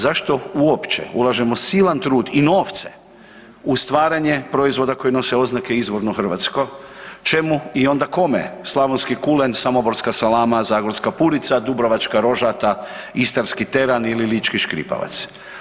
Zašto uopće ulažemo silan trud i novce u stvaranje proizvoda koji nose oznake izvorno hrvatsko, čemu i onda kome slavonski kulen, samoborska salama, zagorska purica, dubrovačka rožata, istarski teran ili lički škripavac?